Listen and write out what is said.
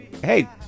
Hey